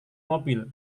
mobil